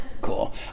Cool